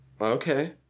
Okay